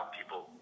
people